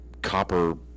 copper